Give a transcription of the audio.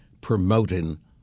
promoting